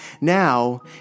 Now